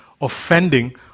offending